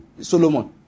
Solomon